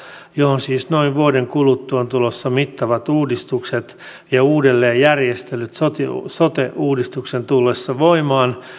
johon siis noin vuoden kuluttua on tulossa mittavat uudistukset ja uudelleenjärjestelyt sote sote uudistuksen tullessa voimaan